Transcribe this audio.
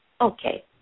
Okay